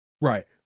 Right